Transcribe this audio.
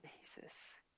Jesus